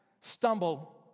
stumble